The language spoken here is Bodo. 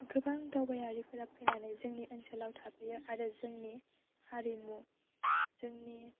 गोबां दावबायारिफोरा फैनानै जोंनि ओनसोलाव थाफैयो आरो जोंनि हारिमु जोंनि